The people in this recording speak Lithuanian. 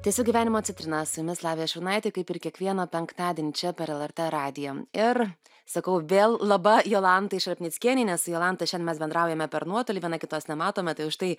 tęsiu gyvenimo citrinas čia lavija šurnaitė kaip ir kiekvieną penktadienį čia per lrt radiją ir sakau vėl laba jolantai šarpnickienei nes jolanta šendien mes bendraujame per nuotolį viena kitos nematome tai užtai